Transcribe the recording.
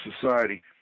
Society